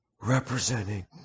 representing